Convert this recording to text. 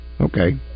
Okay